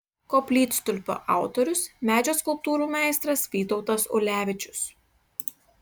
koplytstulpio autorius medžio skulptūrų meistras vytautas ulevičius